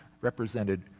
represented